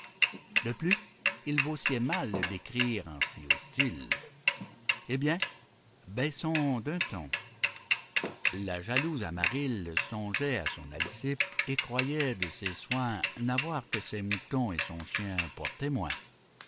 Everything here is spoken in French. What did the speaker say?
de plus il vous sied mal d'écrire en si haut style eh bien baissons d'un ton la jalouse amarylle songeait à son alcippe et croyait de ses soins n'avoir que ses moutons et son chien pour témoins